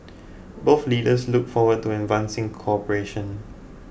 both leaders look forward to advancing cooperation